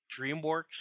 DreamWorks